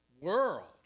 world